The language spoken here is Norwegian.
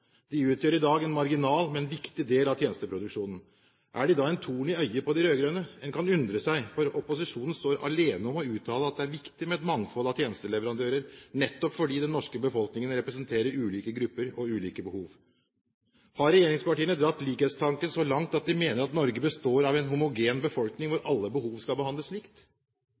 De utgjør i dag en marginal, men viktig del av tjenesteproduksjonen. Er de da en torn i øyet på de rød-grønne? En kan undre seg, for opposisjonen står alene om å uttale at det er viktig med et mangfold av tjenesteleverandører nettopp fordi den norske befolkningen representerer ulike grupper og ulike behov. Har regjeringspartiene dratt likhetstanken så langt at de mener at Norge består av en homogen befolkning hvor alle behov skal behandles